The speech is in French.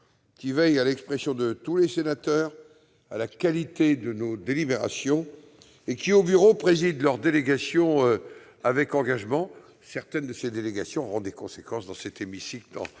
qui veillent à l'expression de tous les sénateurs et à la qualité de nos délibérations et qui, au Bureau, président leurs délégations avec engagement- les travaux de certaines de ces délégations auront des conséquences dans cet hémicycle,